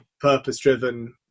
purpose-driven